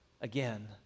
again